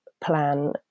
plan